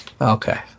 Okay